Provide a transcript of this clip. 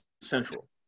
central